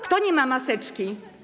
Kto nie ma maseczki?